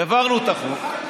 העברנו את החוק,